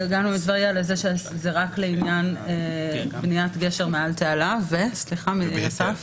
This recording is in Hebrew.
שזה רק לעניין בניית גשר מעל תעלה, ובהיתר.